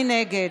מי נגד?